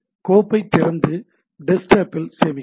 கோப்பைத் திறந்து டெஸ்க்டாப்பில் சேமிக்கவும்